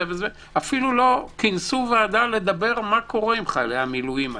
אפילו לא כינסו ועדה לדבר על מה קורה עם חיילי המילואים האלה.